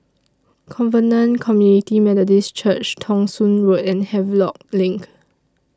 Covenant Community Methodist Church Thong Soon Road and Havelock LINK